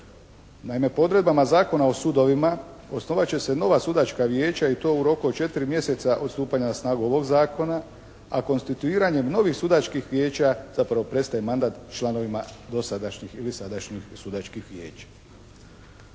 Naime po odredbama Zakona o sudovima osnovat će se nova sudačka vijeća i to u roku od 4 mjeseca od stupanja na snagu ovog zakona, a konstituiranjem novih sudačkih vijeća zapravo prestaje mandat članovima dosadašnjih ili sadačkih sudačkih vijeća.